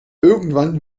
irgendwann